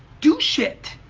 do shit.